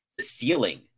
ceiling